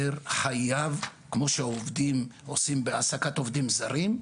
כמו שעובדים עושים בהעסקת עובדים זרים,